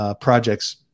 Projects